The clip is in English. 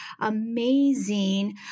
amazing